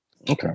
okay